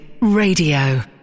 Radio